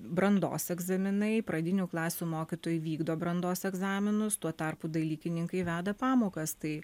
brandos egzaminai pradinių klasių mokytojai vykdo brandos egzaminus tuo tarpu dalykininkai veda pamokas tai